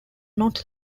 not